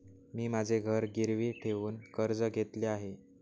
मी माझे घर गिरवी ठेवून कर्ज घेतले आहे